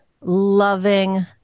loving